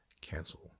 Cancel